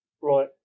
Right